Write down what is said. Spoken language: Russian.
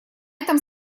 этом